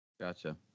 Gotcha